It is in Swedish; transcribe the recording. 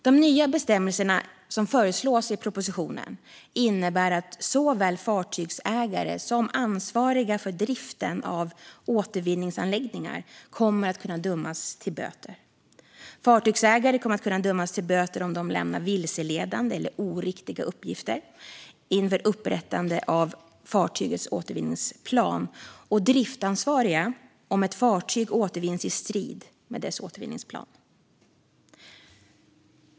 De nya bestämmelser som föreslås i propositionen innebär att såväl fartygsägare som ansvariga för driften av återvinningsanläggningar kommer att kunna dömas till böter. Fartygsägare kommer att kunna dömas till böter om de lämnar vilseledande eller oriktiga uppgifter inför upprättande av fartygets återvinningsplan, och driftsansvariga kommer att kunna göra det om ett fartyg återvinns i strid med dess återvinningsplan.